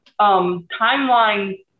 Timeline